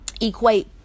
equate